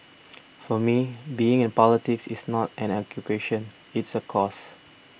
for me being in politics is not an occupation it's a cause